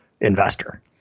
investor